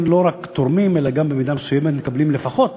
הם לא רק תורמים אלא גם במידה מסוימת מקבלים לפחות